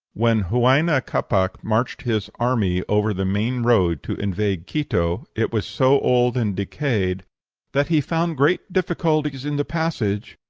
when huayna capac marched his army over the main road to invade quito, it was so old and decayed that he found great difficulties in the passage,